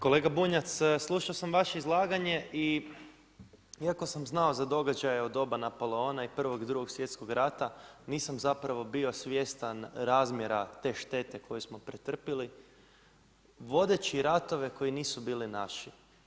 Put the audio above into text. Kolega Bunjac, slušao sam vaše izlaganje i iako sam znao za događaje u doba Napoleona i Prvog i Drugog svjetskog rata, nisam zapravo bio svjestan razmjera te štete koju smo pretrpjeli, vodeći ratove koji nisu bili naši.